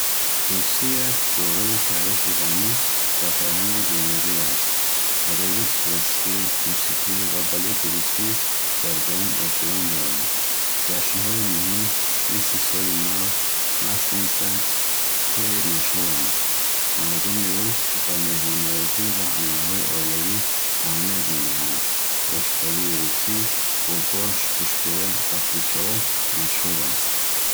Русия дорои таърихи ғанӣ ва фарҳанги беназир аст. Адабиёти классикӣ, мусиқӣ ва балети русӣ дар ҷаҳон эҳтиром доранд. Ҷашнҳои муҳим, мисли Соли нав, Масленитса хеле машҳуранд. Мардуми рус ба меҳмоннавозӣ ва анъанаҳои оилавӣ аҳамият медиҳанд. Ошпазии русӣ бо борш, тӯшбера ва кулчаҳо машҳур аст.